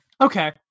Okay